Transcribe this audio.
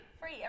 free